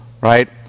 right